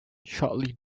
shortly